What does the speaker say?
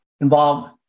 involved